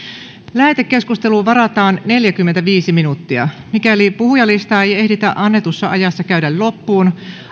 lähetekeskustelulle varataan neljäkymmentäviisi minuuttia mikäli puhujalistaa ei ehditä annetussa ajassa käydä loppuun